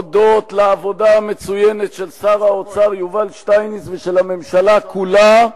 הודות לעבודה המצוינת של שר האוצר יובל שטייניץ ושל הממשלה כולה,